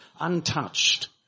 untouched